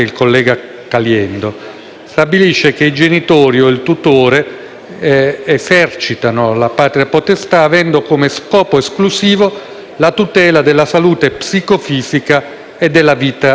esercitano la patria potestà, avendo come scopo esclusivo la tutela della salute psicofisica e della vita del minore.